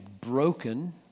broken